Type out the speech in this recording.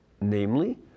namely